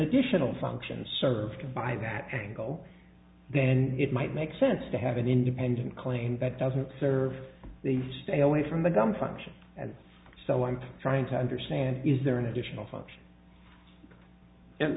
additional functions served by that angle then it might make sense to have an independent claim that doesn't serve the stay away from the gun function and so i'm trying to understand is there an additional function